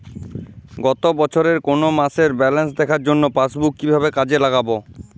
গত বছরের কোনো মাসের ব্যালেন্স দেখার জন্য পাসবুক কীভাবে কাজে লাগাব?